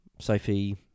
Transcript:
Sophie